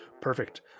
perfect